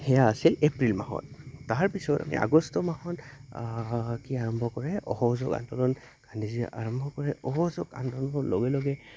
সেয়া আছিল এপ্ৰিল মাহত তাৰপিছত আমি আগষ্ট মাহত কি আৰম্ভ কৰে অহযোগ আন্দোলন গান্ধীজীৰ আৰম্ভ কৰে অহযোগ আন্দোলনৰ লগে লগে